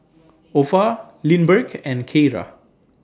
Opha Lindbergh and Kiera